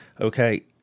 Okay